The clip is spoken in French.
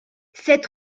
sept